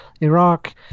Iraq